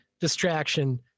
distraction